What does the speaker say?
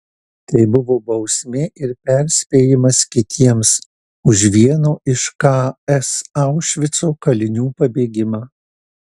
tai buvo bausmė ir perspėjimas kitiems už vieno iš ks aušvico kalinių pabėgimą